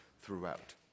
throughout